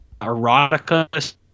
erotica